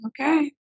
okay